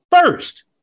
First